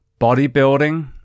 bodybuilding